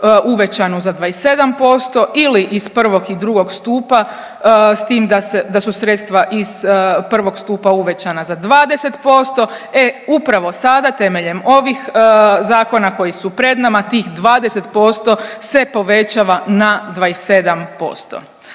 uvećanu za 27% ili iz prvog i drugog stupa s tim da su sredstva iz prvog stupa uvećana za 20%. E upravo sada temeljem ovih zakona koji su pred nama tih 20% se povećava na 27%.